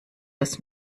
aus